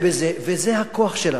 וזה הכוח שלנו.